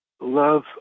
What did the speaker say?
Love